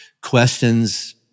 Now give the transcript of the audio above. questions